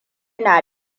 na